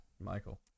Michael